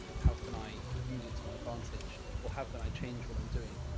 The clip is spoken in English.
how can i use it to my advantage? or how can i change what i'm doing?